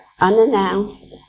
unannounced